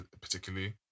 particularly